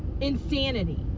insanity